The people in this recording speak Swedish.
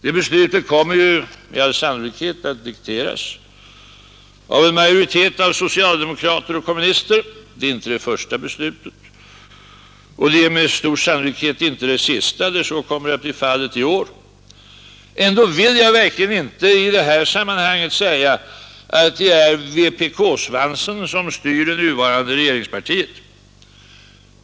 Det beslutet kommer med all sannolikhet att dikteras av en majoritet av socialdemokrater och kommunister — det är inte det första och med stor sannolikhet inte heller det sista beslut där så kommer att bli fallet i år. Ändå vill jag verkligen inte i detta sammanhang säga att det är vpk-svansen som styr det nuvarande regeringspartiet.